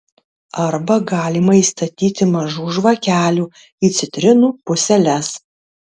arba galima įstatyti mažų žvakelių į citrinų puseles